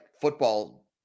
football